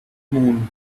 moon